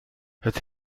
het